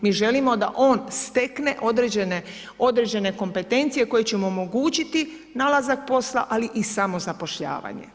Mi želimo da on stekne određene kompetencije koje će mu omogućiti nalazak posla, ali i samozapošljavanje.